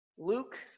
Luke